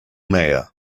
meyer